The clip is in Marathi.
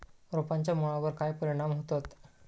रोपांच्या मुळावर काय परिणाम होतत?